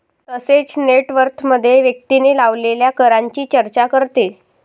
तसेच नेट वर्थमध्ये व्यक्तीने लावलेल्या करांची चर्चा करते